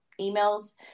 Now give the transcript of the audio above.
emails